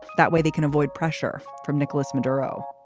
that way, they can avoid pressure from nicolas maduro